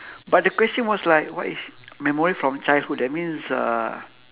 but the question was like what is memory from childhood that means uh